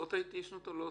עוצרות את ההתיישנות או לא?